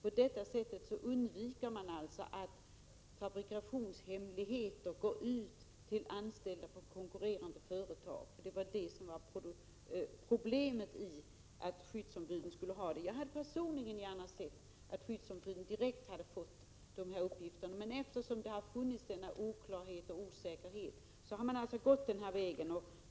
På detta sätt undviker man att fabrikationshemligheter kommer ut till anställda på konkurrerande företag — det var nämligen detta som utgjorde problemet med att ge skyddsombuden direkt tillgång till uppgifterna. Personligen hade jag gärna sett att skyddsombuden hade fått tillgång till dessa uppgifter, men eftersom det har funnits denna oklarhet och osäkerhet har man gått den nämnda vägen.